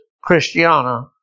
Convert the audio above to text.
Christiana